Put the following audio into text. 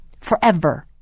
Forever